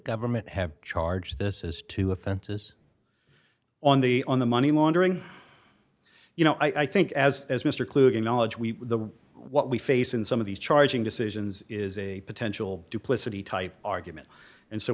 government have charge this is two offenses on the on the money laundering you know i think as as mr kluger knowledge we what we face in some of these charging decisions is a potential duplicity type argument and so